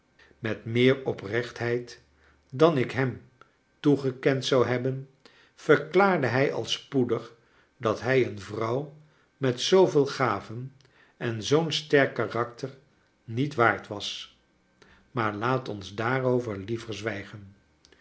met meer oprechtheid dan ik hem toegekend zou hebben verklaarde hij al spoedig dat hij een vrouw met zooveel gaven en zoo'n sterk karakter niet waard was maar laat ons daarover liever zwijgen